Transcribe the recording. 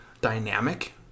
dynamic